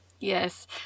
Yes